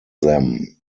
them